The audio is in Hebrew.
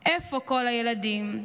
/ איפה כל הילדים,